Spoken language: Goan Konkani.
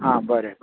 हा बरें बरें